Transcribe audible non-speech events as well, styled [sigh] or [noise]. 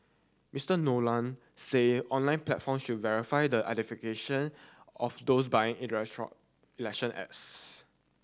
Mister Nolan said online platforms should verify the [unintelligible] of those buying [unintelligible] election ads